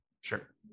Sure